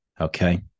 okay